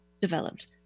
developed